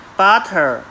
butter